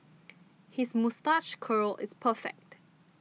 his moustache curl is perfect